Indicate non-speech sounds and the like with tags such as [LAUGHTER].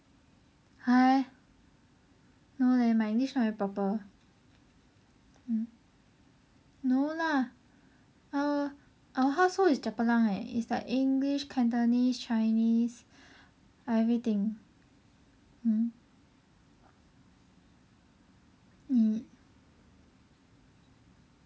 !huh! no leh my english not really proper hmm no lah our our household is chapalang leh it's like english cantonese chinese [BREATH] everything hmm mm